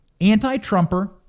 anti-Trumper